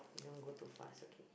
don't go too fast okay